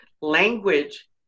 Language